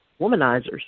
womanizers